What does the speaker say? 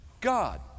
God